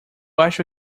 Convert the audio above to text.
acho